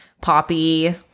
Poppy